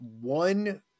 one